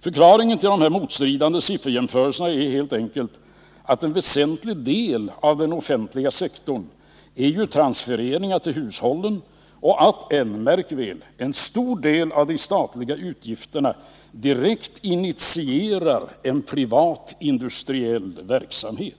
Förklaringen till de här motstridiga siffrorna är helt enkelt den att en väsentlig del av den offentliga sektorn ju avser transfereringar till hushållen och att, märk väl, en stor del av de statliga utgifterna direkt initierar en privat industriell verksamhet.